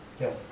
Yes